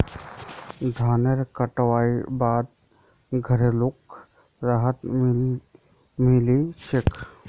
धानेर कटाई बाद घरवालोक राहत मिली छे